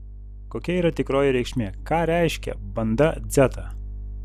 kokia yra tikroji reikšmė ką reiškia banda dzeta